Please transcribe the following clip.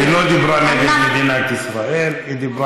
את עוד מקבלת משכורת מהכנסת בשביל להגיד כאלה דברים נגד מדינת ישראל.